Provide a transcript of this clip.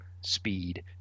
speed